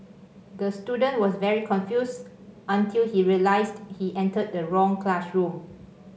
the student was very confused until he realised he entered the wrong classroom